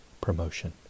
promotion